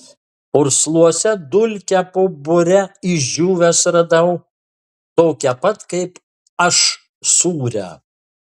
pursluose dulkę po bure išdžiūvęs radau tokią pat kaip aš sūrią